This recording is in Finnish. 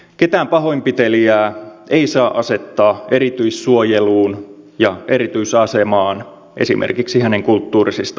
ketään pahoinpitelijää ei saa asettaa erityissuojeluun ja erityisasemaan esimerkiksi hänen kulttuurisista taustoistaan johtuen